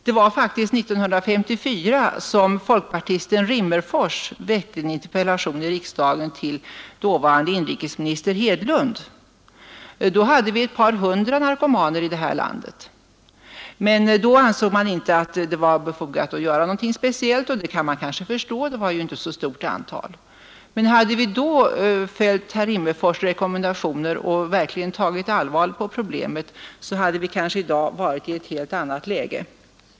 Det var faktiskt 1954 som folkpartisten herr Rimmerfors framställde en interpellation i riksdagen till dåvarande inrikesministern Hedlund. Då hade vi ett par hundra narkomaner i det här landet, men det ansågs inte befogat att göra någonting speciellt. Det kan man kanske förstå — det var ju inte så stort antal — men hade vi då följt herr Rimmerfors” rekommendationer och verkligen tagit allvarligt på problemet, så hade vi kanske i dag varit i ett helt annat läge.